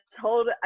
told